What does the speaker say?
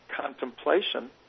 contemplation